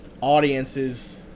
audiences